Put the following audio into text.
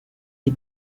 die